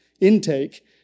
intake